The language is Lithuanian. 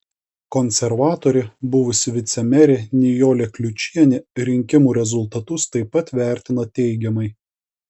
konservatorė buvusi vicemerė nijolė kliučienė rinkimų rezultatus taip pat vertina teigiamai